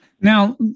Now